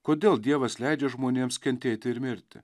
kodėl dievas leidžia žmonėms kentėti ir mirti